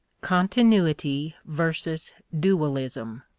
continuity versus dualism.